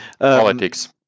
Politics